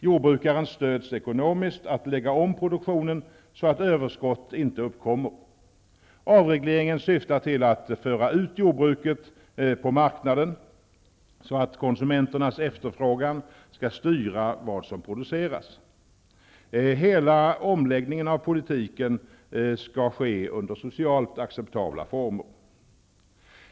Jordbrukarna stöds ekonomiskt att lägga om produktionen så att överskott inte uppkommer. Avregleringen syftar till att föra ut jordbruket på marknaden, så att konsumenternas efterfrågan skall styra vad som produceras. Hela omläggningen av politiken skall ske under socialt acceptabla former.